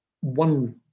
one